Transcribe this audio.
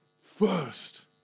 first